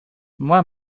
moi